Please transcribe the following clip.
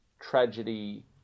tragedy